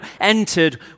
entered